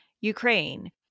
Ukraine